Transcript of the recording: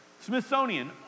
Smithsonian